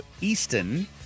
Easton